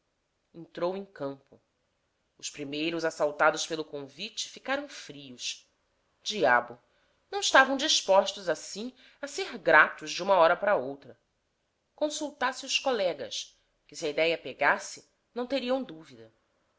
entrou em campo os primeiros assaltados pelo convite ficaram frios diabo não estavam dispostos assim a ser gratos de uma hora para outra consultasse os colegas que se a idéia pegasse não teriam dúvida